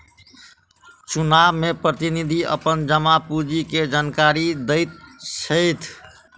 चुनाव में प्रतिनिधि अपन जमा पूंजी के जानकारी दैत छैथ